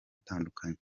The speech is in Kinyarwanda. atandukanye